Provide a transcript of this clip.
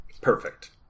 Perfect